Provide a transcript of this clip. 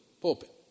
pulpit